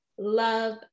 love